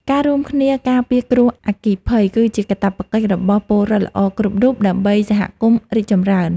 ការរួមគ្នាការពារគ្រោះអគ្គិភ័យ គឺជាកាតព្វកិច្ចរបស់ពលរដ្ឋល្អគ្រប់រូបដើម្បីសហគមន៍រីកចម្រើន។